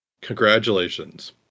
Congratulations